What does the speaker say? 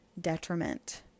detriment